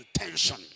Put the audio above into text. intention